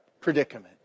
predicament